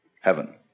heaven